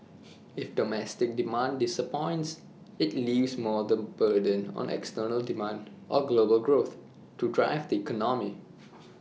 if domestic demand disappoints IT leaves more the burden on external demand or global growth to drive the economy